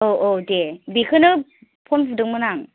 औ औ दे बेखौनो फन बुदोंमोन आं